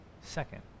second